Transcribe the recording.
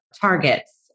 targets